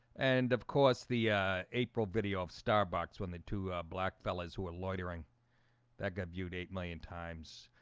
and of course the april video of starbucks when the two black fellows who are loitering that got viewed eight million times